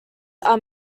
are